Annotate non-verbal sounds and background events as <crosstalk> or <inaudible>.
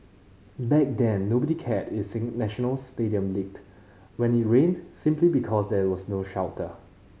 back then nobody cared <unintelligible> National Stadium leaked when it rained simply because there was no shelter